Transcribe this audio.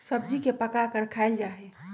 सब्जी के पकाकर खायल जा हई